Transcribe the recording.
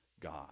god